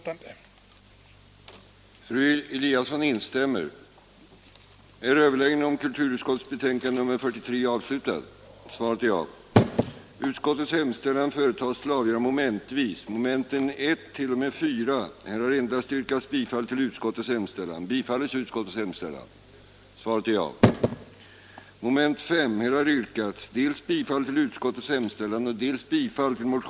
den det ej vill röstar nej.